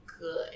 good